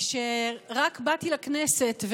כשרק באתי לכנסת,